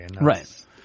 Right